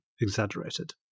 exaggerated